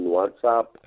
WhatsApp